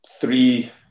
three